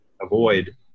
avoid